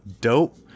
dope